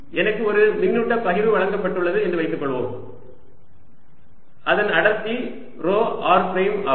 எனக்கு ஒரு மின்னூட்ட பகிர்வு வழங்கப்பட்டுள்ளது என்று வைத்துக்கொள்வோம் இதன் அடர்த்தி ρ r பிரைம் ஆகும்